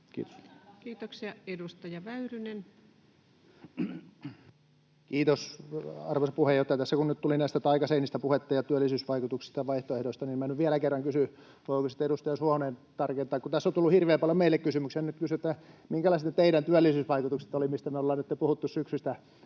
muuttamisesta Time: 18:42 Content: Kiitos, arvoisa puheenjohtaja! Tässä kun nyt tuli näistä taikaseinistä ja työllisyysvaikutuksista ja vaihtoehdoista puhetta, niin minä nyt vielä kerran kysyn, voiko edustaja Suhonen tarkentaa. Kun tässä on tullut hirveän paljon meille kysymyksiä, niin nyt kysyn: Minkälaiset ne teidän työllisyysvaikutukset olivat, mistä me ollaan puhuttu syksystä